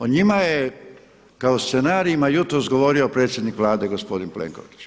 O njima je kao scenarijima jutros govorio predsjednik Vlade gospodin Plenković.